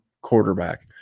quarterback